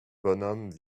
bonhomme